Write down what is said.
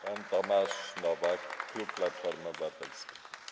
Pan Tomasz Nowak, klub Platforma Obywatelska.